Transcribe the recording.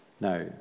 now